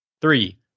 Three